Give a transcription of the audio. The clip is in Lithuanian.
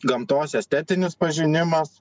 gamtos estetinis pažinimas